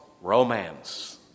romance